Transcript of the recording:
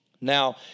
Now